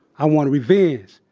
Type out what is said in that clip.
i wanted revenge.